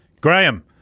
Graham